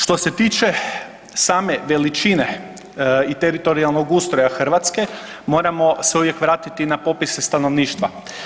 Što se tiče same veličine i teritorijalnog ustroja Hrvatske, moramo se uvijek vratiti na popis stanovništva.